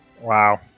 Wow